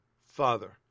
Father